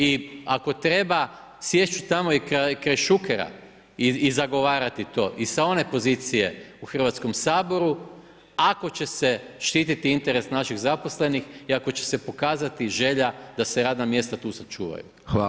I ako treba sjest ću tamo kraj Šukera i zagovarati to i sa one pozicije u Hrvatskom saboru ako će se štititi interes naših zaposlenih i ako će se pokazati želja da se radna mjesta tu sačuvaju.